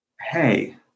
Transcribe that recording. Hey